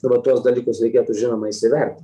pro tuos dalykus reikėtų žinoma įsivertint